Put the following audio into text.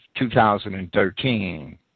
2013